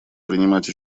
принимать